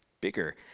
bigger